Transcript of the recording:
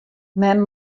men